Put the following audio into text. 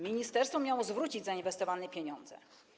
Ministerstwo miało zwrócić zainwestowanie pieniądze.